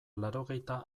laurogeita